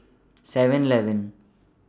Seven Eleven